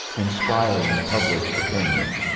inspiring public opinion.